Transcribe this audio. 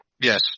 Yes